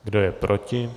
Kdo je proti?